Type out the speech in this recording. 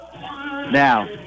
Now